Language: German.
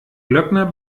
glöckner